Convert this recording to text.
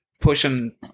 pushing